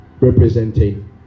representing